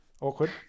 awkward